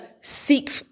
seek